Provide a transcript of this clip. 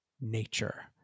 nature